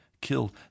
killed